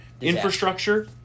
Infrastructure